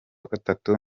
gatatu